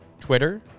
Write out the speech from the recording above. Twitter